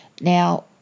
Now